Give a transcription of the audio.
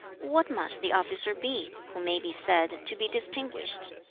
what must the officer be, who may be said to be distinguished